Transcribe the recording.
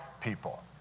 people